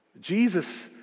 Jesus